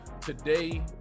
today